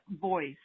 voice